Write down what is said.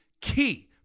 key